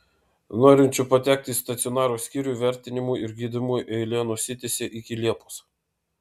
norinčių patekti į stacionaro skyrių įvertinimui ir gydymui eilė nusitęsė iki liepos